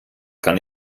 kann